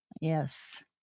Yes